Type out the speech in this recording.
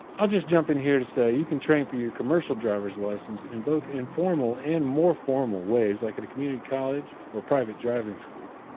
i'll just jump in here to say, you can train for your commercial driver's license in both informal and more formal ways, like at community college and private driving school.